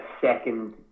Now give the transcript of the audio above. second